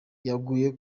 yaguye